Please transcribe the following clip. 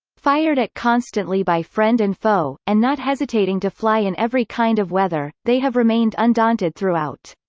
fired at constantly by friend and foe, and not hesitating to fly in every kind of weather, they have remained undaunted throughout.